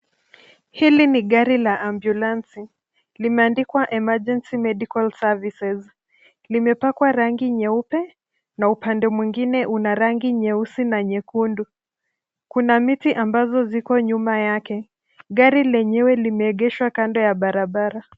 Hili ni gari la ambulensi, limeandikwa emergency medical services , limepakwa rangi nyeupe, na upande mwingine una rangi nyeusi, na nyekundu. Kuna miti ambazo ziko nyuma yake, Gari lenyewe limeegeshwa nyuma ya barabara.